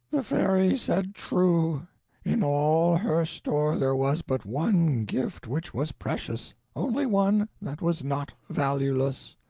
the fairy said true in all her store there was but one gift which was precious, only one that was not valueless.